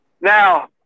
now